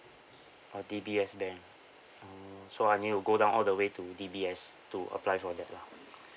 a D_B_S bank mm so I need to go down all the way to D_B_S to apply for that lah